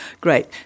great